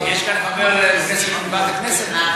יש כאן חבר כנסת מוועדת הכנסת?